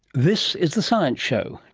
this is the science show,